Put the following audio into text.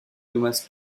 thomas